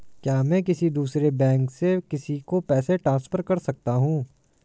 क्या मैं किसी दूसरे बैंक से किसी को पैसे ट्रांसफर कर सकता हूं?